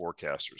forecasters